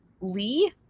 Lee